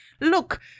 look